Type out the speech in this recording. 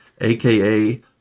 aka